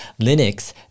Linux